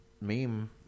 meme